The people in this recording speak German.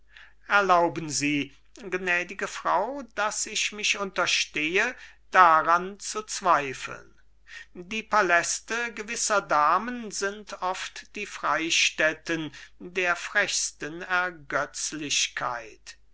erlauben sie gnädige frau daß ich mich unterstehe daran zu zweifeln die paläste gewisser damen sind oft die freistätten der frechsten ergötzlichkeit